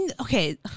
Okay